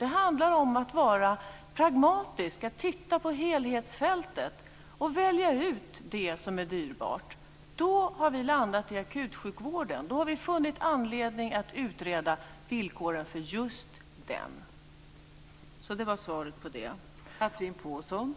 Det handlar om att vara pragmatisk, att titta på helheltsfältet och välja ut det som är dyrbart. Då har vi landat vid akutsjukvården. Då har vi funnit anledning att utreda villkoren för just den. Det var svaret på den frågan.